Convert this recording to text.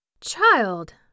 Child